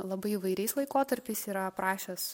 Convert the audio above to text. labai įvairiais laikotarpiais yra aprašęs